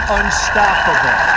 unstoppable